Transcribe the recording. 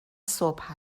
صبح